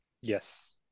Yes